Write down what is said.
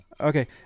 Okay